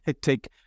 take